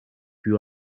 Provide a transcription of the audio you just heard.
you